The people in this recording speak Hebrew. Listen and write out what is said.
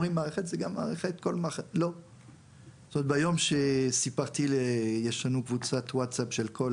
יש לנו קבוצת וואטסאפ של כל